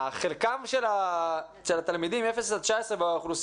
חלקם של התלמידים בגילאי אפס עד 19 באוכלוסייה